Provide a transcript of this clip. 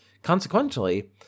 consequently